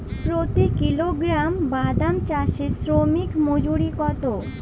প্রতি কিলোগ্রাম বাদাম চাষে শ্রমিক মজুরি কত?